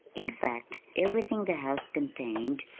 in fact, everything the house contained,